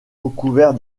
recouvert